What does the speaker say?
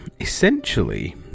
essentially